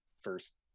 first